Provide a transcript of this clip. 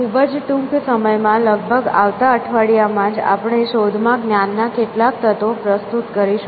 ખૂબ જ ટૂંક સમયમાં લગભગ આવતા અઠવાડિયામાં જ આપણે શોધમાં જ્ઞાન ના કેટલાક તત્વો પ્રસ્તુત કરીશું